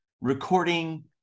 recording